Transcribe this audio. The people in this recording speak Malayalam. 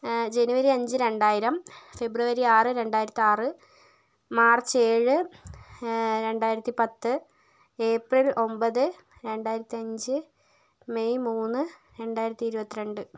ജനുവരി അഞ്ച് രണ്ടായിരം ഫെബ്രുവരി ആറ് രണ്ടായിരത്തി ആറ് മാർച്ച് ഏഴ് രണ്ടായിരത്തി പത്ത് ഏപ്രിൽ ഒമ്പത് രണ്ടായിരത്തി അഞ്ച് മെയ് മൂന്ന് രണ്ടായിരത്തി ഇരുപത്തി രണ്ട്